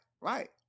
right